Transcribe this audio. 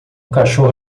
cachorro